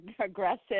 aggressive